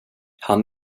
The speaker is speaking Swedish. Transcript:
han